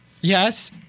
Yes